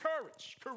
courage